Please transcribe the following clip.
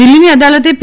દિલ્ફીની અદાલતે પી